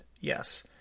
yes